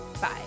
Bye